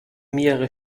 mehrere